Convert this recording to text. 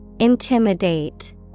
Intimidate